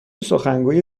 سخنگوی